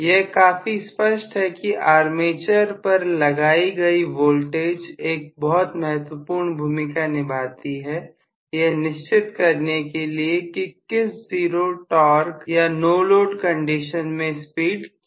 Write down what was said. यह काफी स्पष्ट है कि आर्मेचर पर लगाई गई वोल्टेज एक बहुत महत्वपूर्ण भूमिका निभाती है यह निश्चित करने के लिए किस जीरो टॉर्च या नो लोड कंडीशन में स्पीड क्या होगी